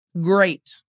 Great